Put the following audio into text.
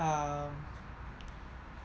um